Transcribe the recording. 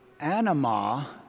Anima